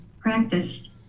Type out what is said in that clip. practiced